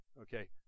Okay